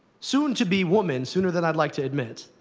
soon to be woman sooner than i'd like to admit.